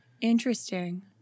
Interesting